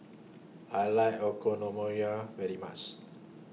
I like Okonomiyaki very much